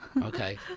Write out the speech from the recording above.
Okay